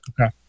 Okay